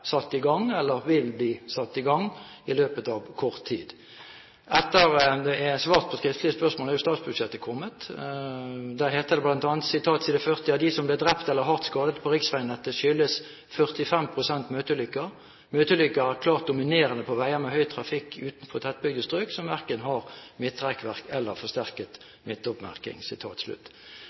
satt i gang eller vil bli satt i gang i løpet av kort tid. Etter at det er svart på skriftlig spørsmål, er statsbudsjettet kommet. Der heter det på side 40 bl.a.: «Av de som blir drept eller hardt skadd på riksvegnettet, skyldes 45 pst. møteulykker. Møteulykker er klart dominerende på veger med høy trafikk utenfor tettbygd strøk som verken har midtrekkverk eller forsterket